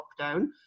lockdown